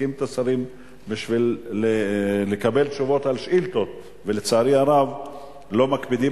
מעסיקים את השרים בשביל לקבל תשובות על שאילתות ולצערי הרב לא מקפידים.